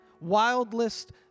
wildest